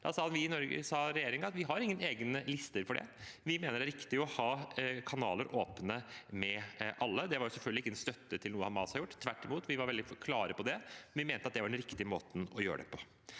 Da sa regjeringen at vi ikke har noen egne lister for det, at vi mener det er riktig å ha åpne kanaler med alle. Det var selvfølgelig ikke en støtte til noe Hamas har gjort, tvert imot. Vi var veldig klare på det, men vi mente det var den riktige måten å gjøre det på.